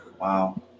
Wow